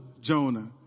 Jonah